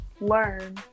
learn